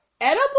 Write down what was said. Edible